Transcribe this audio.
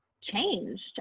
changed